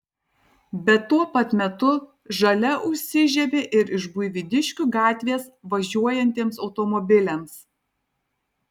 bet tuo pat metu žalia užsižiebia ir iš buivydiškių gatvės važiuojantiems automobiliams